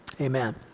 amen